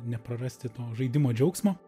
neprarasti to žaidimo džiaugsmo